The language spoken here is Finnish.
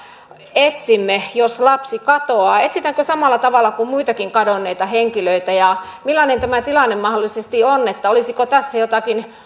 etsimme jos lapsi katoaa etsitäänkö samalla tavalla kuin muitakin kadonneita henkilöitä ja millainen tämä tilanne mahdollisesti on olisiko tässä jotakin